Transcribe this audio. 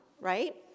right